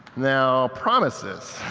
now, promises,